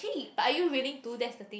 but are willing to that's the thing